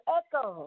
echo